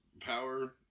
power